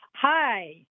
Hi